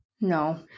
No